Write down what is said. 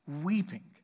weeping